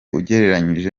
ugereranyije